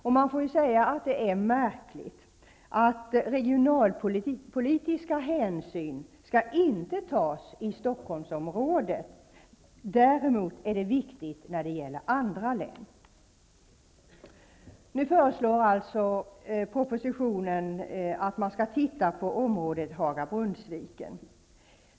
Jag får säga att det är märkligt att regionalpolitiska hänsyn inte skall tas i Stockholmsområdet, medan det däremot är viktigt när det gäller andra län. Nu föreslås alltså i propositionen att man skall se på området Haga--Brunnsviken.